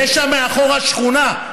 יש שם מאחורה שכונה.